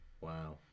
Wow